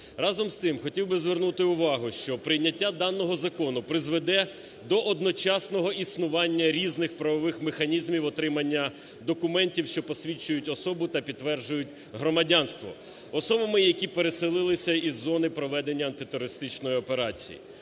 Разом з тим, хотів би звернути увагу, що прийняття даного закону призведе до одночасного існування різних правових механізмів отримання документів, що посвідчують особу та підтверджують громадянство особи, які переселилися і з зони проведення антитерористичної операції.